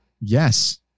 Yes